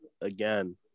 again